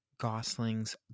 Gosling's